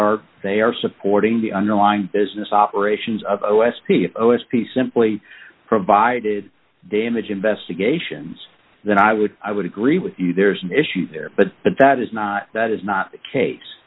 are they are supporting the underlying business operations of zero s p i o s p simply provided damage investigations then i would i would agree with you there is an issue there but but that is not that is not the case